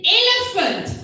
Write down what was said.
elephant